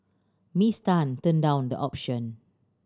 Miss Tan turned down the option